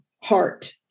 heart